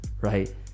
right